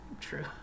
true